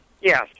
Yes